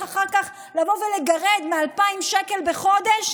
אחר כך לבוא ולגרד מה-2,000 שקל בחודש